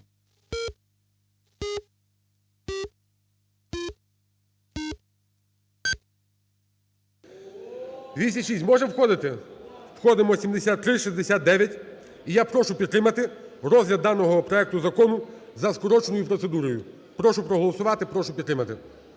За-206 Можем входити? Входимо. 7369. І я прошу підтримати розгляд даного проекту закону за скороченою процедурою. Прошу проголосувати. Прошу підтримати.